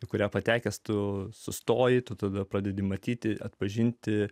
į kurią patekęs tu sustoji tada pradedi matyti atpažinti